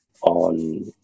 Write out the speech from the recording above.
on